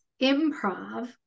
improv